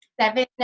Seven